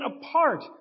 apart